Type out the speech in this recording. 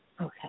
Okay